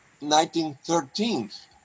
1913